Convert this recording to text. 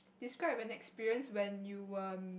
describe an experience when you were